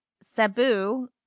Sabu